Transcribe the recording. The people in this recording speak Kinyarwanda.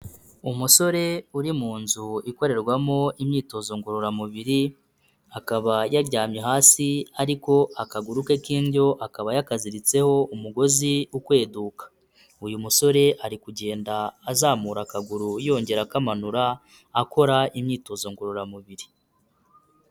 Umusore uri mu nzu ikorerwamo imyitozo ngororamubiri, akaba yaryamye hasi ariko akaguru ke k'indyo akaba yakaziritseho umugozi ukweduka. Uyu musore ari kugenda azamura akaguru yongera akamanura, akora imyitozo ngororamubiri.